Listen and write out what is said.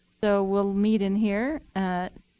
so we'll meet in here at